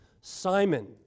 Simon